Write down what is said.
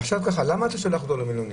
למה אתה שולח אותו למלונית?